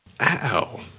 Ow